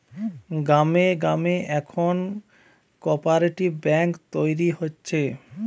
গ্রামে গ্রামে এখন কোপরেটিভ বেঙ্ক তৈরী হচ্ছে